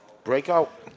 Breakout